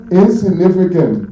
insignificant